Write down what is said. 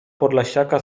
podlasiaka